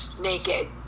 naked